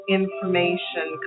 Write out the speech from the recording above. information